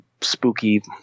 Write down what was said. spooky